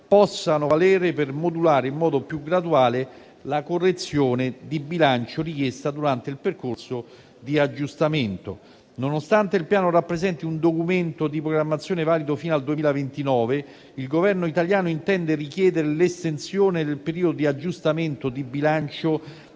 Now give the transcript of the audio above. possano valere per modulare in modo più graduale la correzione di bilancio richiesta durante il percorso di aggiustamento. Nonostante il Piano rappresenti un documento di programmazione valido fino al 2029, il Governo italiano intende richiedere l'estensione del periodo di aggiustamento di bilancio